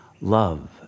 love